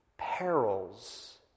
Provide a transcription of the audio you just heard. perils